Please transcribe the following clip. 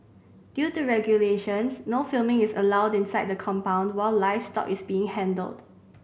due to regulations no filming is allowed inside the compound while livestock is being handled